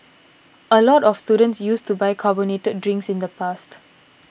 a lot of students used to buy carbonated drinks in the past